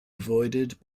avoided